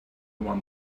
one